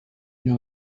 know